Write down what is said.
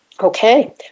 Okay